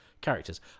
characters